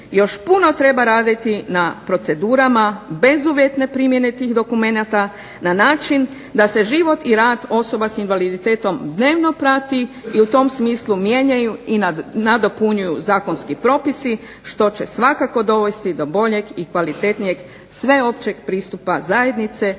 još puno treba raditi na procedurama bezuvjetne primjene tih dokumenata na način da se život i rad osoba s invaliditetom dnevno prati i u tom smislu mijenjaju i nadopunjuju zakonski propisi što će svakako dovesti do boljeg i kvalitetnijeg sveopćeg pristupa zajednice